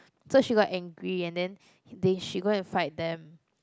so she got angry and then they she go and fight them